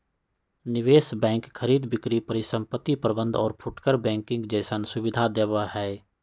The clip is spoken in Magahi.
निवेश बैंक खरीद बिक्री परिसंपत्ति प्रबंध और फुटकर बैंकिंग जैसन सुविधा देवा हई